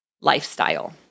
lifestyle